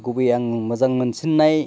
गुबैयै आं मोजां मोनसिननाय